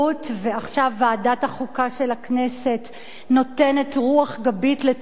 ועכשיו ועדת החוקה של הכנסת נותנת רוח גבית לטרור.